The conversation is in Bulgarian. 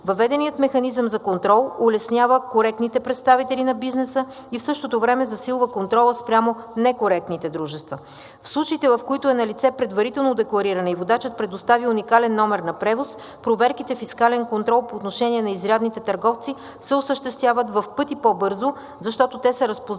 Въведеният механизъм за контрол улеснява коректните представители на бизнеса и в същото време засилва контрола спрямо некоректните дружества. В случаите, в които е налице предварително деклариране и водачът предостави уникален номер на превоз, проверките фискален контрол по отношение на изрядните търговци се осъществяват в пъти по-бързо, защото те са разпознати